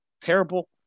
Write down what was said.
terrible